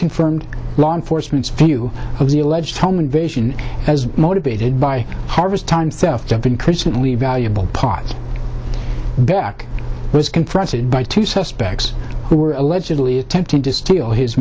confirmed law enforcement's view of the alleged home invasion as motivated by harvest time theft have been christmas leave valuable pot beck was confronted by two suspects who were allegedly attempting to steal his